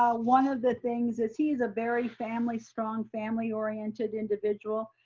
ah one of the things, that he's a very family, strong family oriented individual.